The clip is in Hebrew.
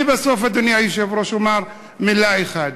בסוף, אדוני היושב-ראש, אומר מילה אחת.